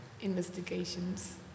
investigations